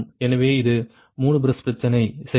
எனவே இது 3 பஸ் பிரச்சனை சரியா